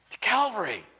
Calvary